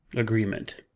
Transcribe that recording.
agreement.